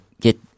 get